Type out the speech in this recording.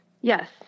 yes